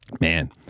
man